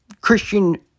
Christian